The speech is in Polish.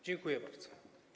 Dziękuję bardzo.